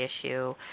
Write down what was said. issue